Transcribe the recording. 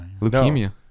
Leukemia